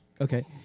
Okay